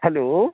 hello